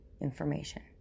information